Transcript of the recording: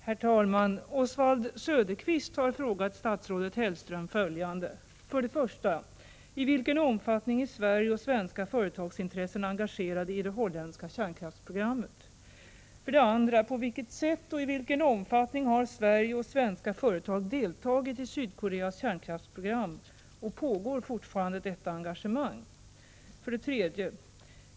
Herr talman! Oswald Söderqvist har frågat statsrådet Hellström följande: 1. I vilken omfattning är Sverige och svenska företagsintressen engagerade i det holländska kärnkraftsprogrammet? 2. På vilket sätt och i vilken omfattning har Sverige och svenska företag deltagit i Sydkoreas kärnkraftsprogram och pågår fortfarande detta engagemang? 3.